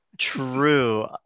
true